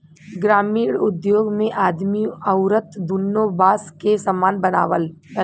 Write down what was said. ग्रामिण उद्योग मे आदमी अउरत दुन्नो बास के सामान बनावलन